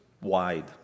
wide